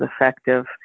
effective